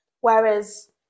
Whereas